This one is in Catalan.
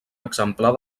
exemplar